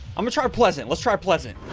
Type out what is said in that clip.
i'm gonna try to pleasant. let's try pleasant.